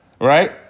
right